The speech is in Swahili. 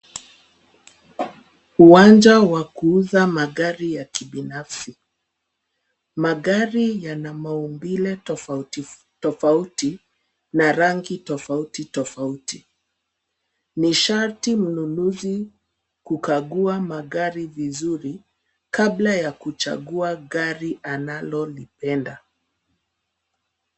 Uwanja wa kuuza magari ya kibinafsi. Magari yana maumbile tofauti tofauti na rangi tofauti tofauti. Ni sharti mnunuzi kukagua magari vizuri kabla ya kuchagua gari analolipenda.